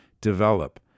develop